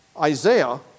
Isaiah